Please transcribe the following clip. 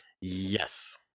Yes